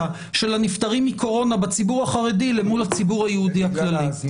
של הנפטרים מקורונה בציבור החרדי למול הציבור היהודי הכללי.